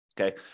Okay